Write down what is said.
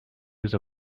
use